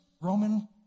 Roman